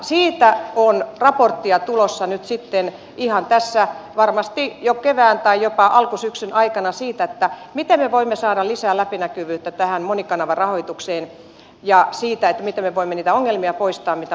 siitä on raporttia tulossa ihan tässä varmasti jo kevään tai jopa alkusyksyn aikana siitä miten me voimme saada lisää läpinäkyvyyttä tähän monikanavarahoitukseen ja siitä miten me voimme niitä ongelmia poistaa mitä monikanavarahoitus aiheuttaa